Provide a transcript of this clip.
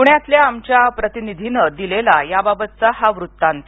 पुण्यातल्या आमच्या प्रतिनिधीनं दिलेला त्याबाबतचा हा वृत्तांत